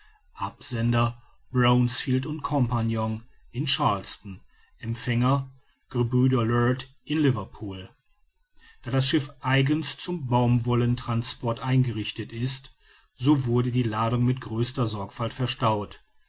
absender bronsfield co in charleston empfänger gebrüder leard in liverpool da das schiff eigens zum baumwollentransport eingerichtet ist so wurde die ladung mit größter sorgfalt verstaut